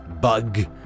bug